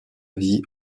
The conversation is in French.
vie